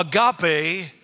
agape